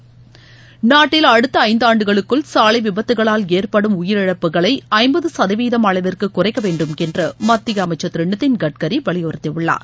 நி நாட்டில் அடுத்த ஐந்தாண்டுகளுக்குள் சாலை விபத்துகளால் ஏற்படும் உயிரிழப்புகளை ஐம்பது சதவீதம் அளவிற்கு குறைக்க வேண்டும் என்று மத்திய அமைச்சர் திரு நிதின் கட்கரி வலியுறுத்தியுள்ளார்